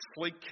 sleek